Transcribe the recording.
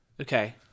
Okay